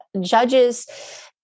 judges